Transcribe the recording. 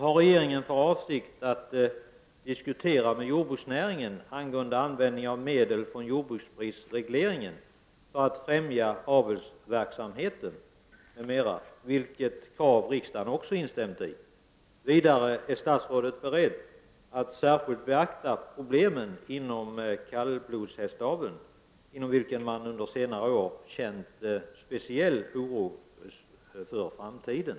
Har regeringen för avsikt att diskutera med jordbruksnäringen frågan om användning av medel från jordbruksprisregleringen för att främja avelsverksamheten m.m., vilket krav riksdagen också instämde i? Är statsrådet beredd att särskilt beakta problemen inom kallblodshästaveln, inom vilken man under senare år känt speciell oro för framtiden?